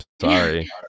sorry